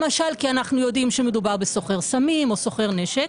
למשל כי אנו יודעים שמדובר בסוחר סמים או סוחר נשק,